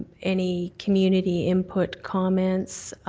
any community input comments,